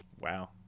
Wow